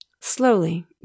Slowly